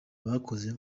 bakoze